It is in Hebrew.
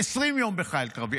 20 יום בחיל קרבי,